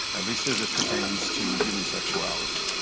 at least as it pertains to human sexuality.